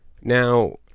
Now